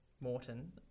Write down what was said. morton